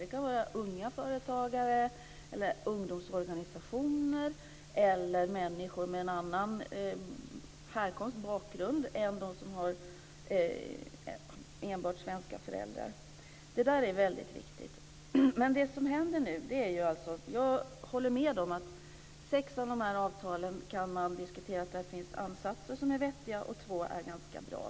Det kan vara unga företagare, företrädare för ungdomsorganisationer eller människor med annan bakgrund än de som har enbart svenska föräldrar. Detta är väldigt viktigt. Jag håller med om att sex av avtalen innehåller ansatser som är vettiga och att två är ganska bra.